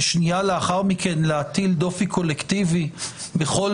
ושנייה לאחר מכן להטיל דופי קולקטיבי בכל